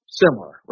similar